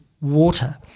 water